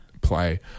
play